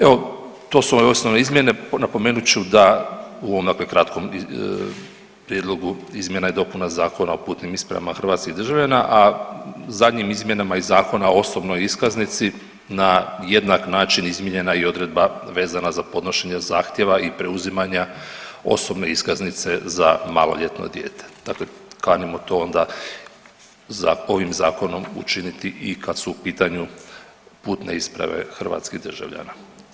Evo to su ove osnovne izmjene, napomenut ću da u ovom dakle kratkom prijedlogu izmjena i dopuna Zakona o putnim ispravama hrvatskih državljana, a zadnjim izmjenama iz Zakona o osobnoj iskaznici na jednak način izmijenjena je i odredba vezana za podnošenje zahtjeva i preuzimanja osobne iskaznice za maloljetno dijete, dakle kanimo to onda ovim zakonom učiniti i kad su u pitanju putne isprave hrvatskih državljana.